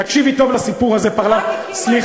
תקשיבי טוב לסיפור הזה,